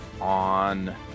on